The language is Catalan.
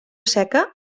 seca